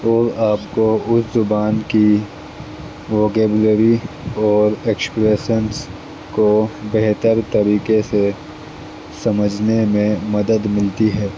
اور آپ کو اس زبان کی ووکیبلری اور ایکسپریشنز کو بہتر طریقے سے سمجھنے میں مدد ملتی ہے